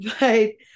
right